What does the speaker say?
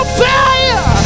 failure